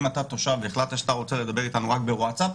אם אתה תושב והחלטת שאתה רוצה לדבר איתנו רק בוואטסאפ,